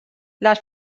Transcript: las